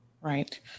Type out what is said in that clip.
Right